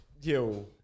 Yo